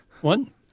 One